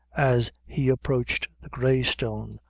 as he approached the grey stone,